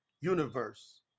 universe